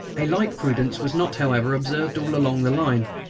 a like prudence was not, however, observed all along the line,